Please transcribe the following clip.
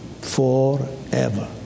forever